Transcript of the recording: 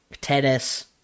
tennis